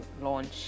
launch